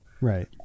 Right